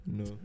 no